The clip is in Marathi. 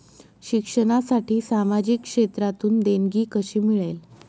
शिक्षणासाठी सामाजिक क्षेत्रातून देणगी कशी मिळेल?